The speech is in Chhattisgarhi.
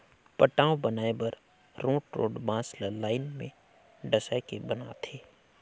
पटांव बनाए बर रोंठ रोंठ बांस ल लाइन में डसाए के बनाथे